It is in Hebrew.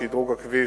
שדרוג הכביש,